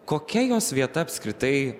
kokia jos vieta apskritai